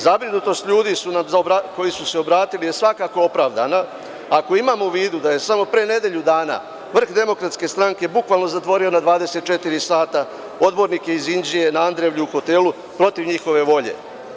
Zabrinutost ljudi koji su se obratili je svakako opravdana ako imamo u vidu da je samo pre nedelju dana vrh DS bukvalno zatvorio na 24 sata odbornike iz Inđije na Andrevlju u hotelu protiv njihove volje.